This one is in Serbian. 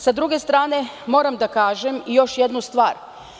Sa druge stranke, moram da kažem još jednu stvar.